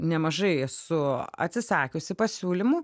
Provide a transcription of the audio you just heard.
nemažai esu atsisakiusi pasiūlymų